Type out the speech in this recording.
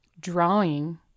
drawing